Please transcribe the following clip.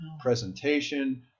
presentation